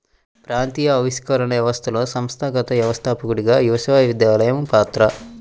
ప్రాంతీయ ఆవిష్కరణ వ్యవస్థలో సంస్థాగత వ్యవస్థాపకుడిగా విశ్వవిద్యాలయం పాత్ర